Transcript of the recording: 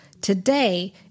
today